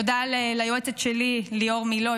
תודה ליועצת שלי ליאור מילוא,